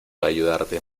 ayudarte